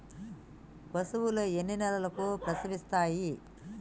పశువులు ఎన్ని నెలలకు ప్రసవిస్తాయి?